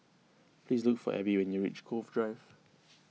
please look for Abby when you reach Cove Drive